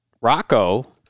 Rocco